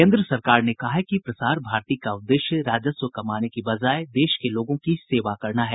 केन्द्र सरकार ने कहा है कि प्रसार भारती का उद्देश्य राजस्व कमाने की बजाय देश के लोगों की सेवा करना है